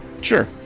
Sure